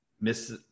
miss